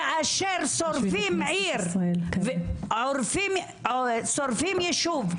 כאשר שורפים עיר ושורפים יישוב,